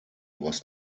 was